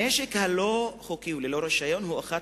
הנשק הלא-חוקי וללא רשיון הוא אחת